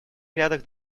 рядах